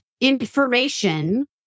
information